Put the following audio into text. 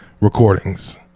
recordings